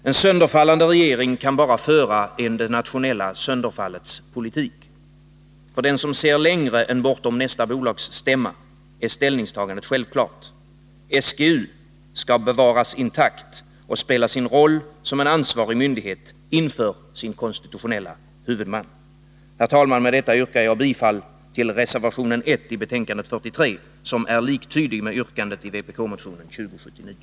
En sönderfallande regering kan bara föra en det nationella sönderfallets politik. För den som ser längre än bortom nästa bolagsstämma, är ställningstagandet självklart. SGU skall bevaras intakt och spelå sin roll som en ansvarig myndighet inför sin konstitutionella huvudman. Herr talman! Med detta yrkar jag bifall till reservationen 1 i betänkande 43, som är liktydig med yrkandet i vpk-motionen 2079.